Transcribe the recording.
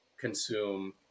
consume